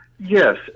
Yes